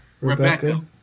Rebecca